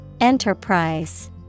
Enterprise